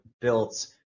built